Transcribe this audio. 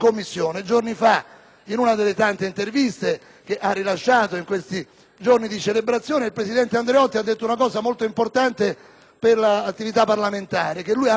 in una delle tante interviste rilasciate in questi giorni di celebrazioni, il presidente Andreotti ha detto una cosa molto importante per l'attività parlamentare, che egli ama più le Commissioni